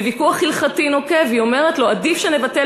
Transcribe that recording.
בוויכוח הלכתי נוקב היא אומרת לו: עדיף שנבטל